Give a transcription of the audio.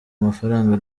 amafaranga